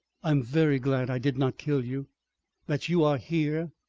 am very glad i did not kill you that you are here,